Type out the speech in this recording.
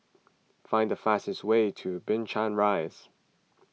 find the fastest way to Binchang Rise